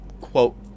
quote